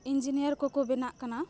ᱤᱧᱡᱤᱱᱤᱭᱟ ᱠᱚᱠᱚ ᱵᱮᱱᱟᱜ ᱠᱟᱱᱟ